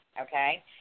okay